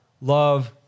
love